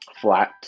flat